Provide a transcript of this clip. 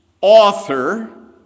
author